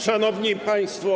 Szanowni Państwo!